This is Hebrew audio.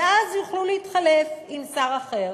ואז יוכלו להתחלף עם שר אחר.